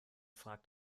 fragt